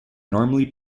normally